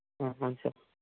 sir